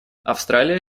австралия